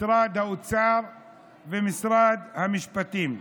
משרד האוצר ומשרד המשפטים.